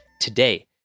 today